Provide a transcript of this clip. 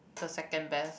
the second best